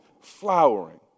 flowering